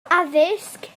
addysg